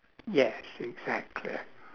yes exactly